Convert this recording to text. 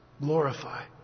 glorify